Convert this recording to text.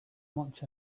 much